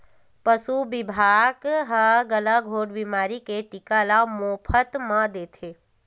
पसु बिभाग ह गलाघोंट बेमारी के टीका ल मोफत म देथे